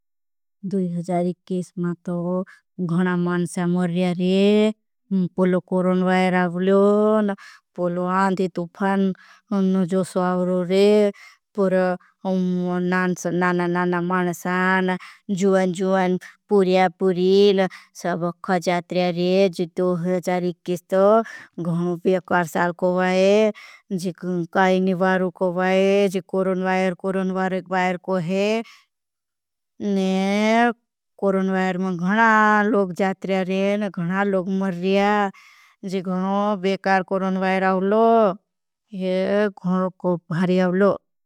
दुई हजारीकिस मातो गहना मानसा मर रहे, पोलो कोरोन वायर आवलो, पोलो आंधी तुफन जो स्वावरो रहे, पुर नाना नाना मानसा जुवन जुवन, पुरिया पुरियी न सब खजात रहे। दुई हजारीकिस मातो गहना मानसा मानसा मर रहे, पोलो कोरोन वायर आवलो, पोलो आंधी तुफन जुवन जुवन, पुर नाना नाना मानसा मानसा मर रहे, पुर नाना नाना मानसा मानसा मानसा मानसा मानसा मानसा मानसा मानसा मानसा मानसा मानसा मानसा मानसा मानसा मानसा म